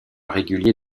régulier